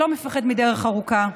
לא מפחד מדרך ארוכה.